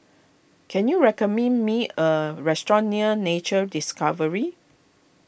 can you recommend me a restaurant near Nature Discovery